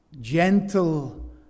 gentle